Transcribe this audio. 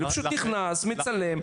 אלא פשוט נכנס ומצלם.